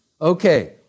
Okay